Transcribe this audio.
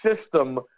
system